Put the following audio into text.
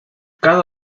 cada